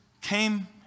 came